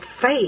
faith